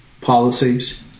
Policies